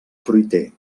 fruiter